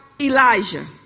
Elijah